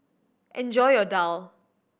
enjoy your daal